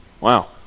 Wow